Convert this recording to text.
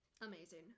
Amazing